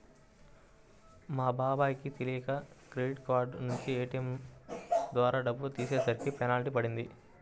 మా బాబాయ్ కి తెలియక క్రెడిట్ కార్డు నుంచి ఏ.టీ.యం ద్వారా డబ్బులు తీసేసరికి పెనాల్టీ పడింది